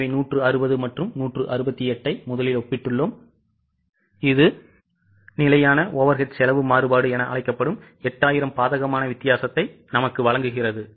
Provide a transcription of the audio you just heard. எனவே 160 மற்றும் 168 ஐ முதலில் ஒப்பிட்டுள்ளோம் இது நிலையான overhead செலவு மாறுபாடு என அழைக்கப்படும் 8000 பாதகமான வித்தியாசத்தை நமக்கு வழங்குகிறது